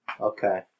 Okay